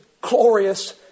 glorious